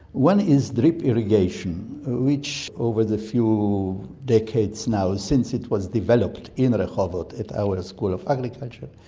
one is drip irrigation which, over the few decades now since it was developed in rehovot at our school of agriculture,